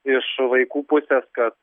iš vaikų pusės kad